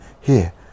Here